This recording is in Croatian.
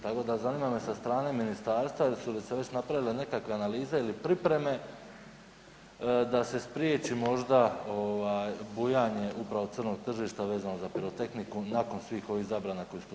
Tako da zanima me sa strane ministarstva jesu li se već napravile nekakve analize ili pripreme da se spriječi možda ovaj bujanje upravo crnog tržišta vezano za pirotehniku nakon svih ovih zabrana koje stupe na snagu.